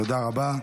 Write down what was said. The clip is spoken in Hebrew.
תודה רבה.